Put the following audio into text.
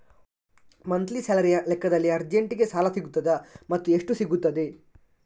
Monthly ಸ್ಯಾಲರಿಯ ಲೆಕ್ಕದಲ್ಲಿ ಅರ್ಜೆಂಟಿಗೆ ಸಾಲ ಸಿಗುತ್ತದಾ ಮತ್ತುಎಷ್ಟು ಸಿಗುತ್ತದೆ?